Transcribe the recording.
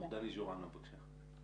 דני ז'ורנו בבקשה.